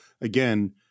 again